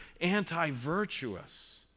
anti-virtuous